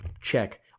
Check